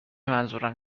منظورم